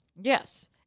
Yes